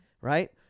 right